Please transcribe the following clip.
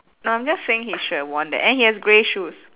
no I'm just saying he should have worn that and he has grey shoes